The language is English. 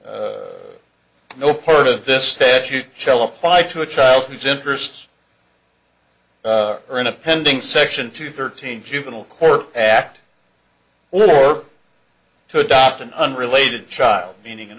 a no part of this statute shall apply to a child whose interests are in a pending section two thirteen juvenile court act or to adopt an unrelated child meaning an